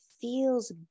feels